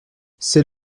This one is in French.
c’est